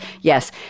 Yes